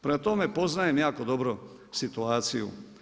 Prema tome poznajem jako dobro situaciju.